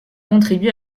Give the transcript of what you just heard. contribué